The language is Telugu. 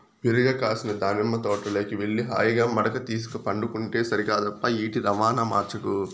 విరగ కాసిన దానిమ్మ తోటలోకి వెళ్లి హాయిగా మడక తీసుక పండుకుంటే సరికాదప్పా ఈటి రవాణా మార్చకు